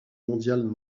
mondiales